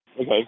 Okay